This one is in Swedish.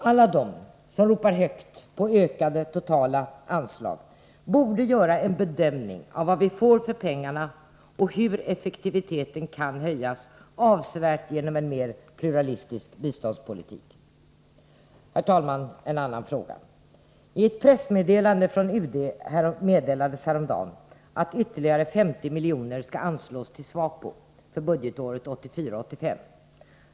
Alla de som ropar högt på ökade totala anslag borde göra en bedömning av vad vi får för pengarna, och hur effektiviteten kan höjas avsevärt genom en mer pluralistisk biståndspolitik. Herr talman, en annan fråga. I ett pressmeddelande från UD meddelades häromdagen att ytterligare 50 miljoner skall anslås till SWAPO för budgetåret 1984/85.